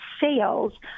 sales